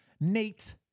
Nate